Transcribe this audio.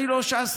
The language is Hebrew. אני לא ש"סניק